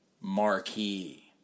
Marquee